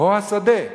"או השדה",